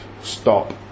stop